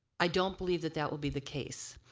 i don't believe that that will be the case.